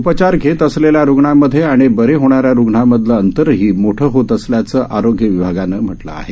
उपचार घेत असलेल्या रुग्णांमध्ये आणि बरे होणाऱ्या रुग्णांमधले अंतरही मोठे होत असल्याचं आरोग्य विभागानं म्हटलं आहे